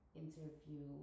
interview